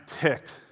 ticked